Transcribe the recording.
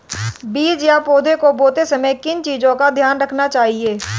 बीज या पौधे को बोते समय किन चीज़ों का ध्यान रखना चाहिए?